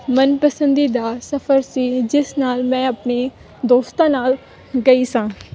ਮਨ ਪਸੰਦੀਦਾ ਸਫਰ ਸੀ ਜਿਸ ਨਾਲ ਮੈਂ ਆਪਣੇ ਦੋਸਤਾਂ ਨਾਲ ਗਈ ਸਾਂ